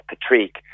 Patrick